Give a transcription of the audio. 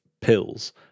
pills